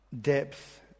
depth